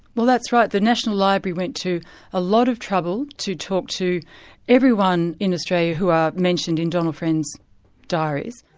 well that's right. the national library went to a lot of trouble to talk to everyone in australia who ah mentioned in donald friend's diaries.